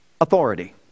authority